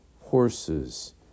horses